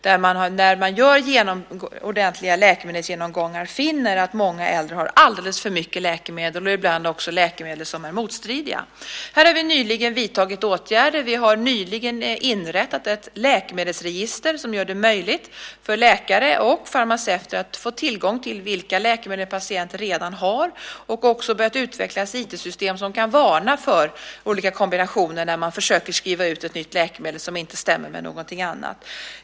När man gör ordentliga läkemedelsgenomgångar finner man att många äldre har alldeles för mycket läkemedel och ibland också läkemedel som är motstridiga. Här har vi vidtagit åtgärder. Vi har nyligen inrättat ett läkemedelsregister som gör det möjligt för läkare och farmaceuter att få tillgång till uppgifter om vilka läkemedel en patient redan har. Vi har också börjat utveckla ett IT-system som kan varna för olika kombinationer, alltså varna när man försöker skriva ut ett nytt läkemedel som inte stämmer med ett annat.